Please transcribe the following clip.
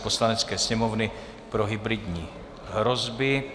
Poslanecké sněmovny pro hybridní hrozby